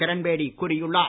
கிரண்பேடி கூறியுள்ளார்